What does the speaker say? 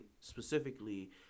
specifically